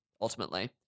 ultimately